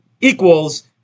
equals